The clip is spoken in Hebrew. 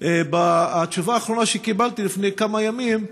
התשובה האחרונה שקיבלתי לפני כמה ימים,